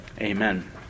Amen